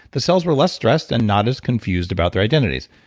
the cells were less stressed and not as confused about their identities.